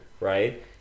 right